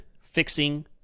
fixing